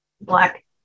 black